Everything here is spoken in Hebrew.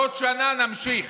בעוד שנה נמשיך.